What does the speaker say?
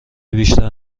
بیشتر